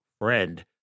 friend